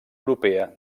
europea